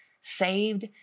saved